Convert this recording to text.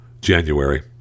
January